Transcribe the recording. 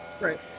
right